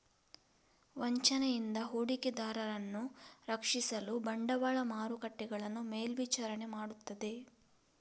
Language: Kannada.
ವಂಚನೆಯಿಂದ ಹೂಡಿಕೆದಾರರನ್ನು ರಕ್ಷಿಸಲು ಬಂಡವಾಳ ಮಾರುಕಟ್ಟೆಗಳನ್ನು ಮೇಲ್ವಿಚಾರಣೆ ಮಾಡುತ್ತದೆ